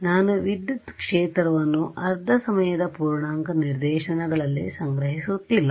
ನಾನು ವಿದ್ಯುತ್ ಕ್ಷೇತ್ರವನ್ನು ಅರ್ಧ ಸಮಯದ ಪೂರ್ಣಾಂಕ ನಿದರ್ಶನಗಳಲ್ಲಿ ಸಂಗ್ರಹಿಸುತ್ತಿಲ್ಲ